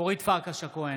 נגד אורית פרקש הכהן,